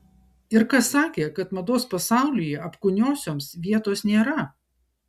ir kas sakė kad mados pasaulyje apkūniosioms vietos nėra